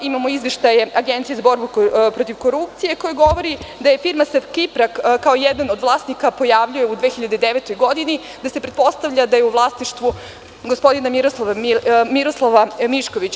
Imamo izveštaje Agencije za borbu protiv korupcije koji govori da je firma sa Kipra, a kao jedan od vlasnika pojavljuje se u 2009. godini da se pretpostavlja da je u vlasništvu gospodina Miroslava Miškovića.